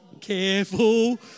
careful